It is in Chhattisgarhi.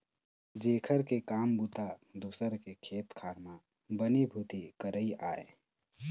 जेखर के काम बूता दूसर के खेत खार म बनी भूथी करई आय